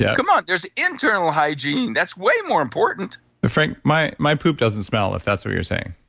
yeah come on, there's internal hygiene, that's way more important frank, my my poop doesn't smell, if that's what you're saying